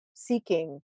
Seeking